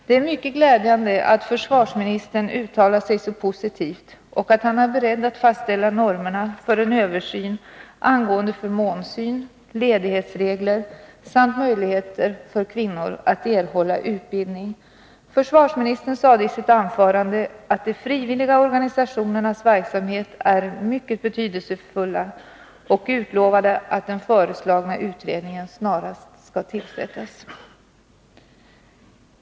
Det är mycket glädjande att försvarsministern uttalar sig så positivt och att han är beredd att fastställa normerna för en översyn angående förmånssyn, ledighetsregler samt möjligheter för kvinnor att erhålla utbildning. Försvarsministern sade i sitt anförande att de frivilliga organisationernas verksamhet är mycket betydelsefull, och han utlovande att den föreslagna utredningen snarast skall tillsättas.